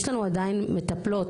יש לנו עדיין מטפלות,